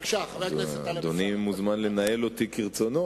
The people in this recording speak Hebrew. אדוני מוזמן לנהל אותי כרצונו.